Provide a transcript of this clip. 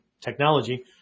technology